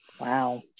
Wow